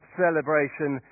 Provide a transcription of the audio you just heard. celebration